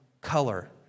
color